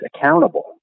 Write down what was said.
accountable